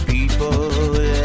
People